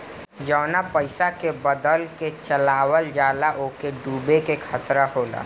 जवना पइसा के बदल के चलावल जाला ओके डूबे के खतरा होला